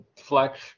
Flex